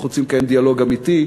אנחנו רוצים לקיים דיאלוג אמיתי,